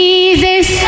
Jesus